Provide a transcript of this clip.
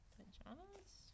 Pajamas